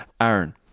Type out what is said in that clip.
Aaron